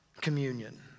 communion